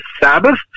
Sabbath